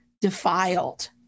defiled